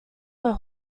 were